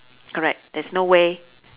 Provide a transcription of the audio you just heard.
correct there's no way